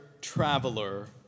traveler